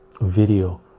video